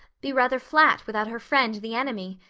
be rather flat without her friend the enemy?